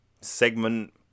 segment